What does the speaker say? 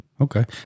Okay